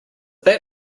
that